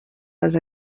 les